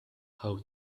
how